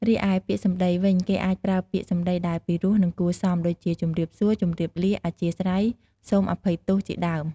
រីឯពាក្យសម្ដីវិញ គេអាចប្រើពាក្យសម្ដីដែលពិរោះ និងគួរសម ដូចជា ជំរាបសួរ ជំរាបលា អធ្យាស្រ័យ សូមអភ័យទោសជាដើម។